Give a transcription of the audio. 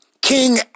King